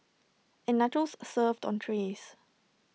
and nachos served on trays